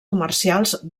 comercials